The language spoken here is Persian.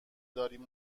داریم